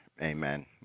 Amen